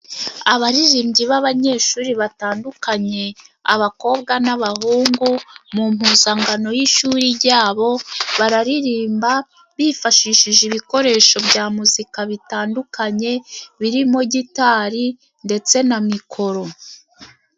Abaririmbyi b'abanyeshuri batandukanye abakobwa n'abahungu mu mpuzangano y'ishuri jyabo, bararirimba bifashishije ibikoresho bya muzika bitandukanye, birimo gitari ndetse na mikoro.